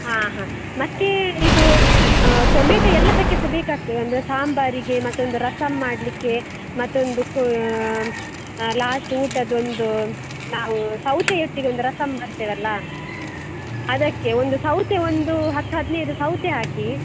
ಹಾಂ ಹಾಂ ಮತ್ತೆ ಇದು ಟೊಮೇಟೊ ಎಲ್ಲದಕ್ಕೆ ಸಹ ಬೇಕಾಗ್ತದೆ ಅಂದರೆ ಸಾಂಬಾರಿಗೆ ಮತ್ತೊಂದು ರಸಂ ಮಾಡಲಿಕ್ಕೆ ಮತ್ತೊಂದು ಕೋ ಲಾಸ್ಟ್ ಊಟದ್ದು ಒಂದು ನಾವು ಸೌತೆ ಒಟ್ಟಿಗೆ ಒಂದು ರಸಂ ಮಾಡ್ತೇವಲ್ಲ ಅದಕ್ಕೆ ಒಂದು ಸೌತೆ ಒಂದು ಹತ್ತು ಹದಿನೈದು ಸೌತೆ ಹಾಕಿ